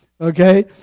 okay